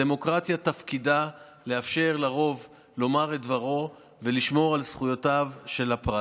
הדמוקרטיה תפקידה לאפשר לרוב לומר את דברו ולשמור על זכויותיו של הפרט,